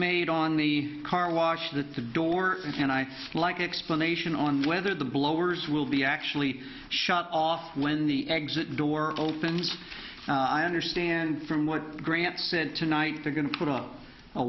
made on the car wash that the door and i like explanation on whether the blowers will be actually shut off when the exit door opens i understand from what grant said tonight they're going to put up a